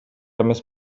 эмес